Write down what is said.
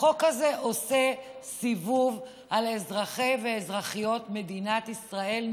החוק הזה עושה סיבוב על אזרחי ואזרחיות מדינת ישראל.